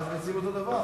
אבל אתם מציעים אותו דבר.